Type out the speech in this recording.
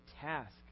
task